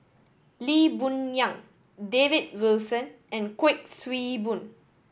Lee Boon Yang David Wilson and Kuik Swee Boon